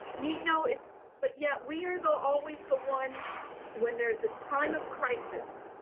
you know it but yet we are the, always the ones when there's a time of crisis,